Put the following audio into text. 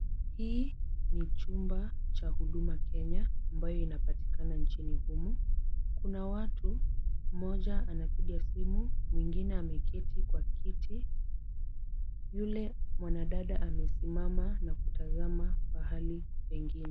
Hii ni chumba cha Huduma Kenya ambayo inapatikana nchini humu. Kuna watu, mmoja anapiga simu, mwingine ameketi kwa kiti. Yule mwanadada amesimama na kutazama pahali pengine.